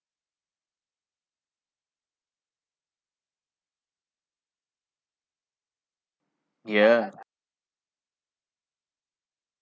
ya